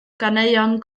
ganeuon